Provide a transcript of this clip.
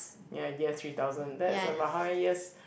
ya yes three thousand that's about how many years